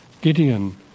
Gideon